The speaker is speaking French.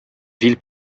ville